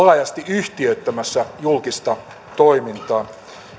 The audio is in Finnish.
laajasti yhtiöittämässä julkista toimintaa